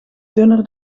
dunner